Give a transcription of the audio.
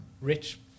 Rich